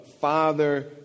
father